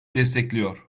destekliyor